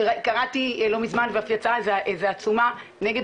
שקראתי לא מזמן ואף יצאה איזו עצומה נגד